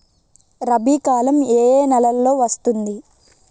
రబీ కాలం ఏ ఏ నెలలో వస్తుంది?